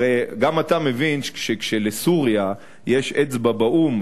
הרי גם אתה מבין שכשלסוריה יש אצבע באו"ם,